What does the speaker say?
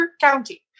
County